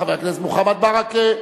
ועדת החוקה,